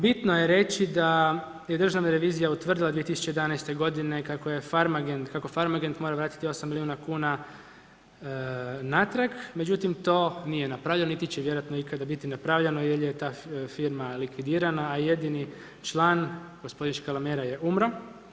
Bitno je reći, da je Državna revizija utvrdila 2011. g. kako je Pharmagent mora vratiti 8 milijuna kn natrag, međutim, to nije napravljeno, niti će vjerojatno ikada biti napravljeno, jer je ta firma likvidirana, a jedini član, gospodin Škalamera je umro.